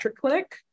clinic